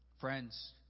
friends